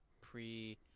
pre